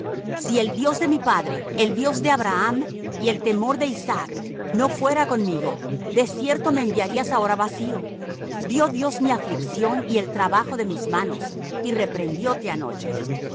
si el dios de mi padre el dios de abraham y el temor de isaac no fuera conmigo de cierto me enviarías ahora vacío vió dios mi aflicción y el trabajo de mis manos y reprendióte anoche